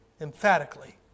emphatically